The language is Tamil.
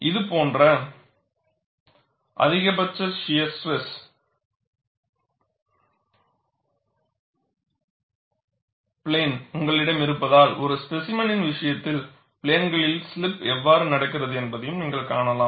இது போன்ற அதிகபட்ச ஷியர் ஸ்ட்ரெஸ் பிளேன் உங்களிடம் இருப்பதால் ஒரு ஸ்பேசிமெனின் விஷயத்தில் பிளேன்களில் ஸ்லிப் எவ்வாறு நடக்கிறது என்பதையும் நீங்கள் காணலாம்